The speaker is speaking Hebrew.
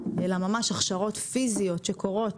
אלא ממש הכשרות פיזיות שקורות